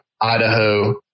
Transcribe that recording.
Idaho